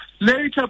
Later